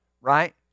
right